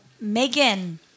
Megan